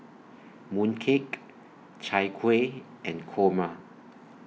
Mooncake Chai Kueh and Kurma